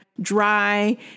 dry